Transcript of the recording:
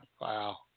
wow